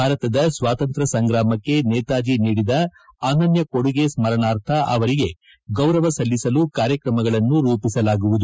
ಭಾರತದ ಸ್ವಾತಂತ್ರ್ ಸಂಗ್ರಾಮಕ್ಕೆ ನೇತಾಜಿ ನೀಡಿದ ಅನನ್ಯ ಕೊಡುಗೆ ಸ್ಮರಣಾರ್ಥ ಅವರಿಗೆ ಗೌರವ ಸಲ್ಲಿಸಲು ಕಾರ್ಯಕ್ರಮಗಳನ್ನು ರೂಪಿಸಲಾಗುವುದು